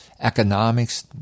economics